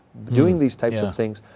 doing these types of things,